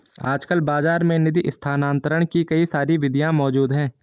आजकल बाज़ार में निधि स्थानांतरण के कई सारी विधियां मौज़ूद हैं